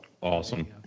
awesome